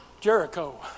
Jericho